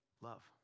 love